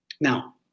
Now